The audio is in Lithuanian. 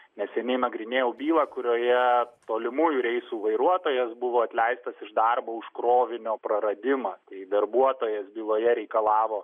neseniai nagrinėjau bylą kurioje tolimųjų reisų vairuotojas buvo atleistas iš darbo už krovinio praradimą tai darbuotojas byloje reikalavo